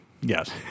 Yes